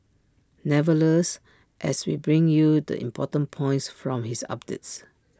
nevertheless as we bring you the important points from his updates